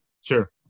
Sure